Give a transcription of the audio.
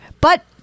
but-